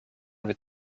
with